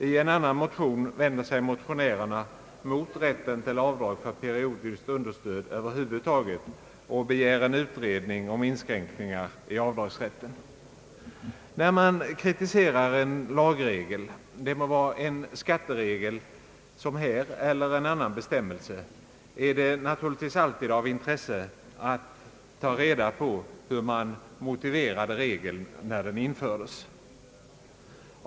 I en annan motion vänder sig motionärerna mot rätten till avdrag för periodiskt understöd över huvud taget och begär en utredning om inskränkningar i avdragsrätten. När man kritiserar en lagregel, det må vara en skatteregel som här eller en annan bestämmelse, är det naturligtvis alltid av intresse att ta reda på hur man motiverade regeln när den infördes.